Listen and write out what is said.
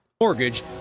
Mortgage